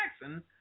Jackson